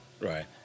right